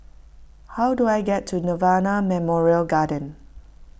how do I get to Nirvana Memorial Garden